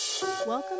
Welcome